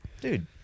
Dude